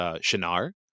Shinar